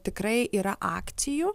tikrai yra akcijų